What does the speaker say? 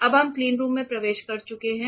हम अब क्लीनरूम में प्रवेश कर चुके हैं